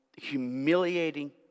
humiliating